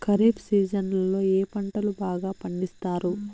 ఖరీఫ్ సీజన్లలో ఏ పంటలు బాగా పండిస్తారు